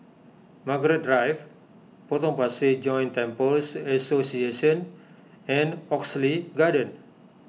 Margaret Drive Potong Pasir Joint Temples Association and Oxley Garden